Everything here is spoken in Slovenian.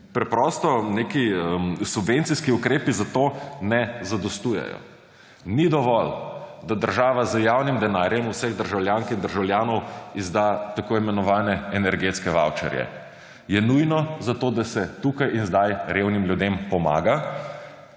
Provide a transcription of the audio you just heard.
Preprosto neki subvencijski ukrepi za to ne zadostujejo. Ni dovolj, da država z javnim denarjem vseh državljank in državljanov izda tako imenovane energetske vavčerje. Je nujno, zato da se tukaj in sedaj revnim ljudem pomaga.